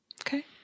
Okay